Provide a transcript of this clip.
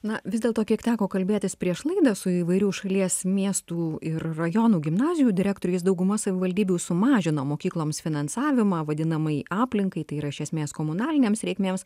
na vis dėlto kiek teko kalbėtis prieš laidą su įvairių šalies miestų ir rajonų gimnazijų direktoriais dauguma savivaldybių sumažino mokykloms finansavimą vadinamai aplinkai tai yra iš esmės komunalinėms reikmėms